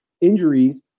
injuries